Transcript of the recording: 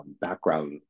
background